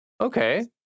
Okay